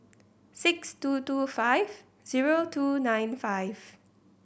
six two two five zero two nine five